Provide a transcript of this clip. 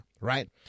right